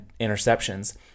interceptions